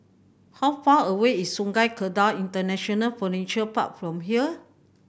how far away is Sungei Kadut International Furniture Park from here